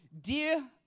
dear